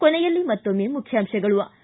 ಕೊನೆಯಲ್ಲಿ ಮತ್ತೊಮ್ಮೆ ಮುಖ್ಯಾಂಶಗಳು